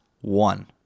one